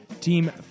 team